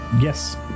Yes